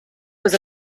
was